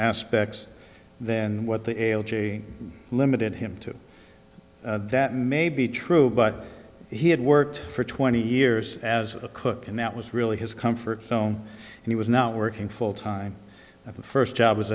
aspects than what the ale limited him to that may be true but he had worked for twenty years as a cook and that was really his comfort zone and he was not working full time at the first job was